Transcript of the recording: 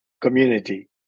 community